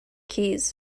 keys